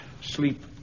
sleep